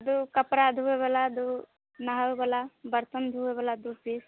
दू कपड़ा धोयवला दू नहायवला बर्तन धोयवला दू पीस